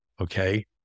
okay